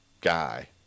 guy